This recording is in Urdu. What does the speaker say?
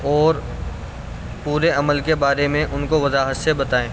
اور پورے عمل کے بارے میں ان کو وضاحت سے بتائیں